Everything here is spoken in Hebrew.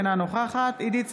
אינה נוכחת עידית סילמן,